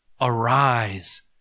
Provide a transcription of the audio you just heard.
Arise